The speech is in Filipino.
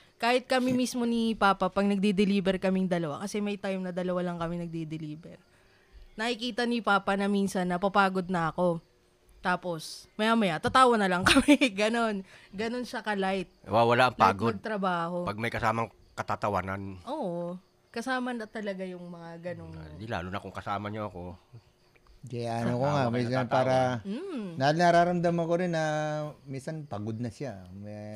Kahit kami mismo ni Papa, pag nagdi-deliver kaming dalawa, kasi may time na dalawa lang kami nagdi-deliver. Nakikita ni Papa na minsan napapagod na ako. Tapos, maya-maya, tatawa na lang kami, ganon. Ganon siya ka-light. Wa- wala ang Light pagod. magtrabaho. Pag may kasamang katatawanan. Oo, kasama na talaga yung mga ganong- Hindi, lalo na kung kasama niyo ako. Kaya ano ko nga, Kasama ka minsan na tatawa. para- Mm. na- nararamdaman ko rin na minsan pagod na siya. May-